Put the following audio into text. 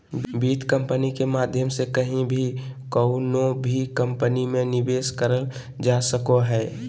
वित्त कम्पनी के माध्यम से कहीं भी कउनो भी कम्पनी मे निवेश करल जा सको हय